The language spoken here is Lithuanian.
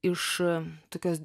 iš tokios